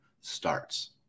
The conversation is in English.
starts